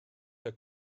herr